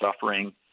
suffering